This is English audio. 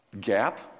gap